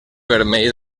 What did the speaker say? vermell